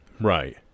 Right